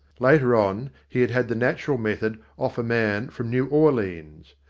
later on he had had the natural method off a man from new orleans.